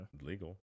Legal